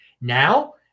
Now